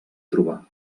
trobar